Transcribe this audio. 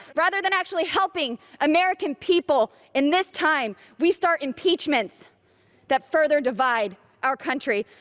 rather than actually helping american people in this time, we start impeachments that further divide our country.